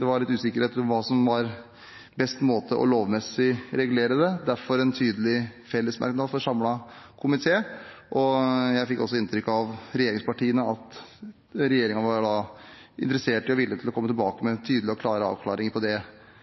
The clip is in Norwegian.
Det var litt usikkerhet rundt hva som var den beste måten lovmessig å regulere det på – derfor en tydelig fellesmerknad fra en samlet komité. Jeg fikk også inntrykk av, fra regjeringspartiene, at regjeringen var interessert i og villig til å komme tilbake med en tydelig og klar avklaring på det,